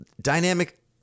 dynamic